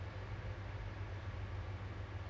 I would rather